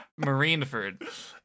Marineford